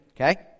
Okay